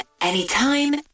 anytime